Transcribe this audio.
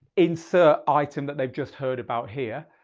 insert item that they've just heard about here,